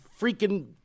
freaking